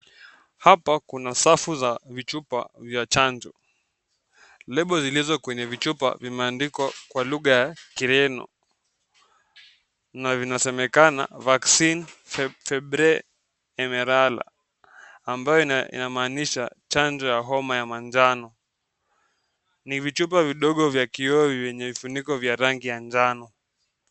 Hapa kuna safu za vichupa za chanjo. Label zilizo kwenye vichupa vimandikwa kwa lugha ya kireno. Na vinasemekana vaccine febre emerala, ambayo inamanisha chanjo ya homa ya manjano. Ni vichupa vidogo vya kioo vyenye vifuniko vya rangi ya manjano.